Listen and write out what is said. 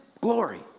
glory